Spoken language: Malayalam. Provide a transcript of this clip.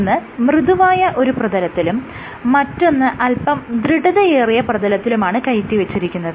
ഒന്ന് മൃദുവായ ഒരു പ്രതലത്തിലും മറ്റൊന്ന് അൽപം ദൃഢതയേറിയ പ്രതലത്തിലുമാണ് കയറ്റിവെച്ചിരിക്കുന്നത്